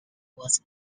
was